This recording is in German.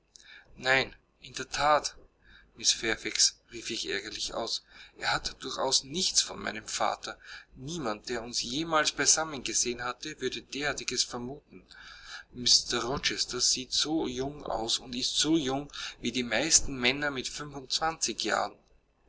nein in der that mr fairfax rief ich ärgerlich aus er hat durchaus nichts von einem vater niemand der uns jemals beisammen gesehen hat würde derartiges vermuten mr rochester steht so jung aus und ist so jung wie die meisten männer mit fünfundzwanzig jahren